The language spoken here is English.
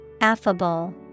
Affable